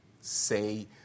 say